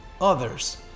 others